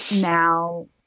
now